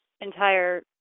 entire